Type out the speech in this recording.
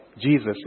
Jesus